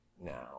Now